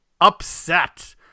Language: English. upset